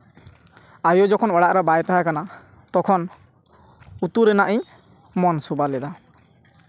ᱟᱭᱚ ᱡᱚᱠᱷᱚᱱ ᱚᱲᱟᱜ ᱨᱮ ᱵᱟᱭ ᱛᱟᱦᱮᱸᱠᱟᱱᱟ ᱛᱚᱠᱷᱚᱱ ᱩᱛᱩ ᱨᱮᱱᱟᱜ ᱤᱧ ᱢᱚᱱ ᱥᱩᱵᱟᱹᱞᱮᱫᱟ